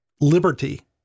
liberty